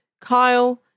Kyle